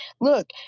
look